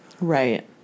Right